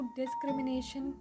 discrimination